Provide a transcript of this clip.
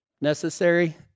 Necessary